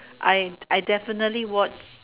I I definitely watch